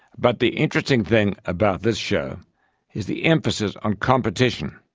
but the interesting thing about this show is the emphasis on competition,